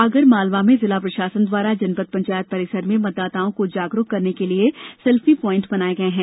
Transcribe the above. आगर मालवा में जिला प्रशासन द्वारा जनपद पंचायत परिसर में मतदाताओं को जागरुक करने के लिए सेल्फी पाइण्ट बनाया गया है